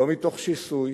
לא מתוך שיסוי,